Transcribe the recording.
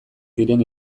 diren